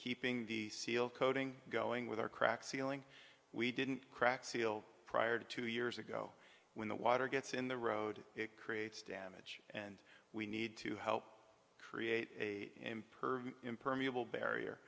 keeping the seal coating going with our cracked ceiling we didn't crack seal prior to two years ago when the water gets in the road it creates damage and we need to help create a impervious impermeable barrier